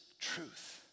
truth